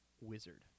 wizard